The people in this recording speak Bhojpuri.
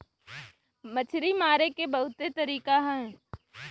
मछरी मारे के बहुते तरीका हौ